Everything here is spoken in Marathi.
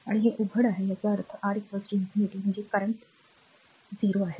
आणि हे उघडे आहे याचा अर्थ R अनंत म्हणजे करंट 0 आहे